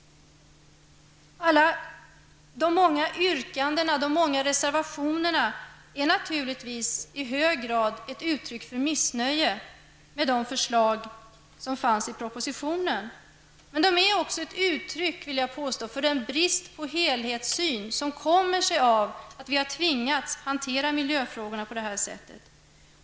De många yrkandena och reservationerna är naturligtvis i hög grad ett uttryck för ett missnöje med förslagen i propositionen. Men de är också, det vill jag påstå, ett uttryck för att det saknas en helhetssyn -- en brist som kommer sig av att vi har tvingats hantera miljöfrågorna på det här sättet.